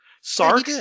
Sark